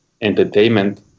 entertainment